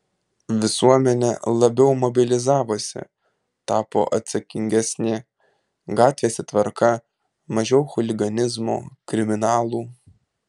visuomenė labiau mobilizavosi tapo atsakingesnė gatvėse tvarka mažiau chuliganizmo kriminalų